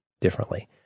differently